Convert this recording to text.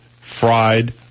fried